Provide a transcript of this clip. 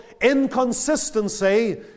inconsistency